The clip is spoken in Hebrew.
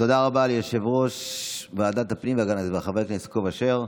תודה רבה ליושב-ראש ועדת הפנים והגנת הסביבה חבר הכנסת יעקב אשר.